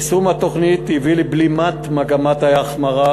יישום התוכנית הביא לבלימת מגמת ההחמרה